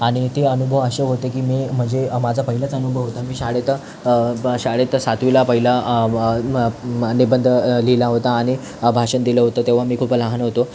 आणि ती अनुभव असे होते की मी म्हणजे माझा पहिलाच अनुभव होता मी शाळेत ब शाळेत सातवीला पहिला निबंध लिहिला होता आणि भाषण दिलं होतं तेव्हा मी खूप लहान होतो